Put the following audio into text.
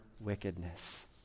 wickedness